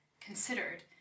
considered